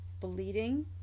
bleeding